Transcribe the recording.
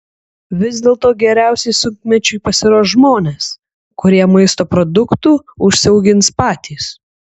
vis dėlto geriausiai sunkmečiui pasiruoš žmonės kurie maisto produktų užsiaugins patys